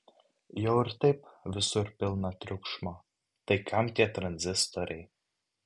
jau ir taip visur pilna triukšmo tai kam tie tranzistoriai